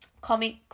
comics